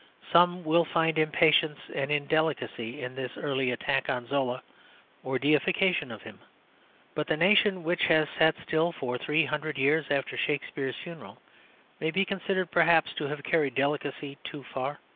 some will find impatience and indelicacy in this early attack on zola or deification of him but the nation which has sat still for three hundred years after shakspere's funeral may be considered, perhaps, to have carried delicacy too far.